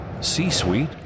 C-Suite